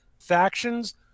factions